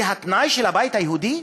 זה התנאי של הבית היהודי?